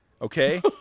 Okay